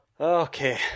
okay